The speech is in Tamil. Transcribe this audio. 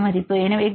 எனவே கிளைசின் 13